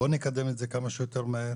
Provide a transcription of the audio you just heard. בואו נקדם את זה כמה שיותר מהר.